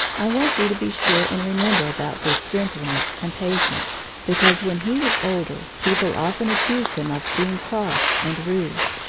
i want you to be sure and remember about this gentleness and patience, because when he was older people often accused him of being cross and rude.